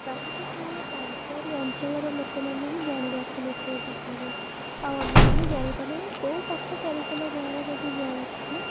ତାହାକୁ କେବଳ ତାଙ୍କରି ଅଞ୍ଚଳର ଲୋକମାନେ ହିଁ ଜାଣିପାରୁଥିଲେ ସେ ବିଷୟରେ ଆଉ ଅନ୍ୟମାନେ ଜାଣିପାରୁ ନଥିଲେ କୋଉ ପାଖ ଚାରିଖଣ୍ଡ ଗାଁ'ର ଯଦି ଜାଣୁଥିଲେ